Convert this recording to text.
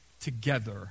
together